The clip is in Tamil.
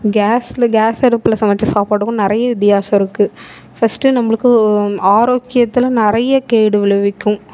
கேஸில் கேஸ் அடுப்பில் சமைத்த சாப்பாடுக்கும் நிறைய வித்யாசம் இருக்கு ஃபஸ்ட்டு நம்மளுக்கு ஆரோக்கியத்தில் நிறைய கேடு விளைவிக்கும்